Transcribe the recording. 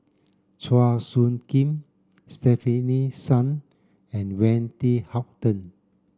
Chua Soo Khim Stefanie Sun and Wendy Hutton